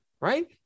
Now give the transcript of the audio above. right